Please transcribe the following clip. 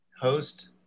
Host